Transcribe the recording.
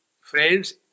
Friends